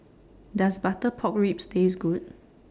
Does Butter Pork Ribs Taste Good